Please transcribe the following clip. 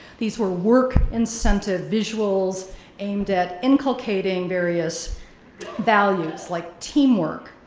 these were work incentive visuals aimed at inculcating various values like teamwork,